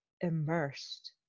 immersed